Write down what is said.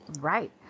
Right